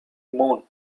moon